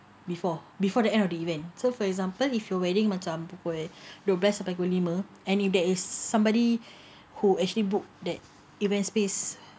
before before the end of the event so for example if your wedding macam pukul dua belas hingga pukul lima and if there is somebody who actually book that event space